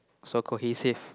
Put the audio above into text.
so cohesive